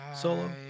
Solo